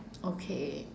okay